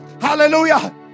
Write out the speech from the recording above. hallelujah